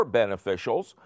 beneficials